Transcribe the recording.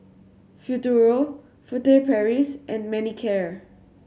Futuro Furtere Paris and Manicare